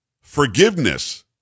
forgiveness